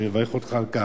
ואני מברך אותך על כך,